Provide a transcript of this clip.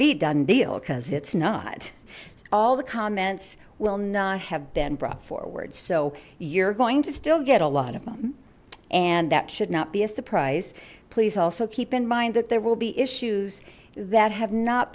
be done deal because it's not all the comments will not have been brought forward so you're going to still get a lot of them and that should not be a surprise please also keep in mind that there will be issues that have not